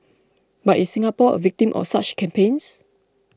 but is Singapore a victim of such campaigns